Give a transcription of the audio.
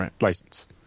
license